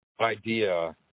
idea